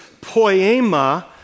poema